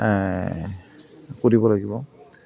কৰিব লাগিব